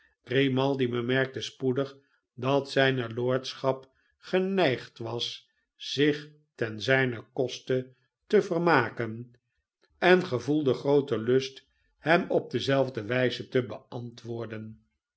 grimaldi bemerkte spoedig dat zh'ne lordschap geneigd was zich ten zijnen koste te vermaken en gevoelde grooten lust hem op dezelfdo wijze te antwoorden